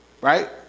right